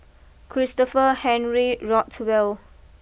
Christopher Henry Rothwell